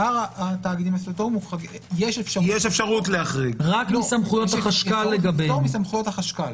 יש אפשרות לפטור מסמכויות החשכ"ל.